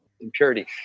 impurity